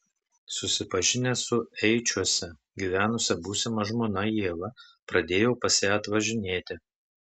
susipažinęs su eičiuose gyvenusia būsima žmona ieva pradėjau pas ją atvažinėti